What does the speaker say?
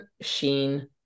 Sheen